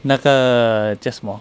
那个叫什么